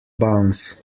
bounce